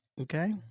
okay